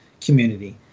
community